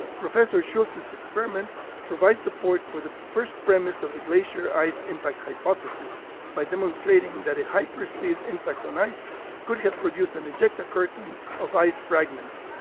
professor schultz's experiment provides support for the first premise of the glacier ice impact hypothesis by demonstrating that a hyperspeed impact on ice could have produced an ejecta curtain of ice fragments.